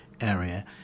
area